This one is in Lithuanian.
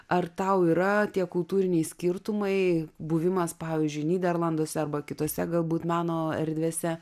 ar tau yra tie kultūriniai skirtumai buvimas pavyzdžiui nyderlanduose arba kitose galbūt meno erdvėse